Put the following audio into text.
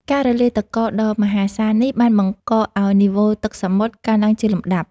ការរលាយទឹកកកដ៏មហាសាលនេះបានបង្កឱ្យនីវ៉ូទឹកសមុទ្រកើនឡើងជាលំដាប់។